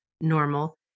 normal